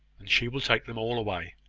and she will take them all away.